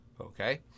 Okay